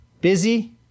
busy